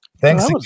Thanks